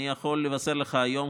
אני יכול לבשר לך היום,